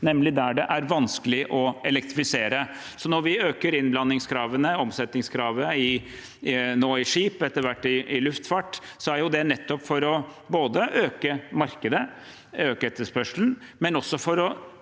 nemlig der det er vanskelig å elektrifisere. Når vi øker innblandingskravene og omsetningskravet – nå i skip og etter hvert i luftfart – er det nettopp for å øke markedet, å øke etterspørselen, men også for å